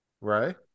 right